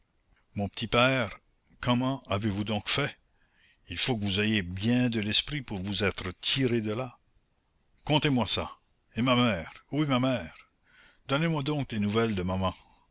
mon petit père comment avez-vous donc fait il faut que vous ayez bien de l'esprit pour vous être tiré de là contez-moi ça et ma mère où est ma mère donnez-moi donc des nouvelles de maman